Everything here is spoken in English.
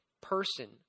person